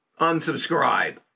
unsubscribe